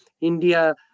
India